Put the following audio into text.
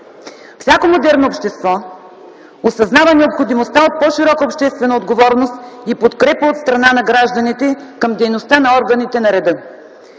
Всяко модерно общество осъзнава необходимостта от по-широка обществена отговорност и подкрепа от страна на гражданите към дейността на органите на реда.